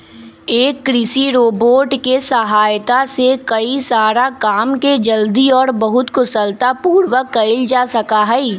एक कृषि रोबोट के सहायता से कई सारा काम के जल्दी और बहुत कुशलता पूर्वक कइल जा सका हई